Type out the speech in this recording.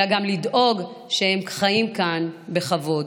אלא גם לדאוג שהם חיים כאן בכבוד.